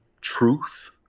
truth